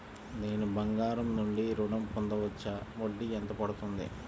నేను బంగారం నుండి ఋణం పొందవచ్చా? వడ్డీ ఎంత పడుతుంది?